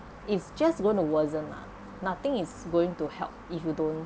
it's just going to worsen lah nothing is going to help if you don't